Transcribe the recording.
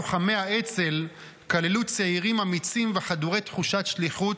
לוחמי האצ"ל כללו צעירים אמיצים וחדורי תחושת שליחות,